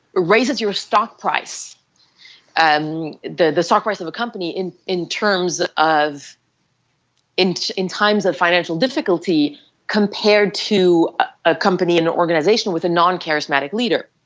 raises your stock price um and the stock price of a company in in terms of in in times of financial difficulty compared to a company and an organization with a non-charismatic leader.